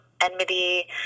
enmity